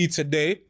today